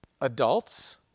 Adults